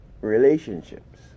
relationships